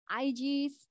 ig's